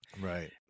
right